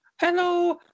hello